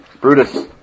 Brutus